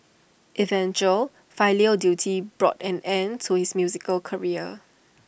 eventual filial duty brought an end to his musical career